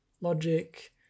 logic